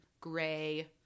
gray